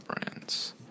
brands